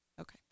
Okay